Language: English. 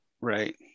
right